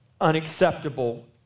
unacceptable